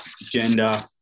gender